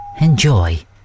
enjoy